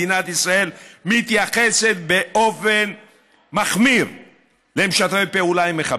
מדינת ישראל מתייחסת באופן מחמיר למשתפי פעולה עם מחבלים?